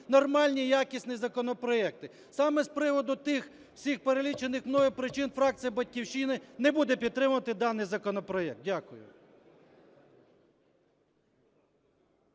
нормальні якісні законопроекти. Саме з приводу тих всіх перелічених мною причин фракція "Батьківщина" не буде підтримувати даний законопроект. Дякую.